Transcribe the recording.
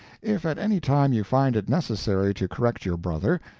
if at any time you find it necessary to correct your brother,